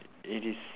it is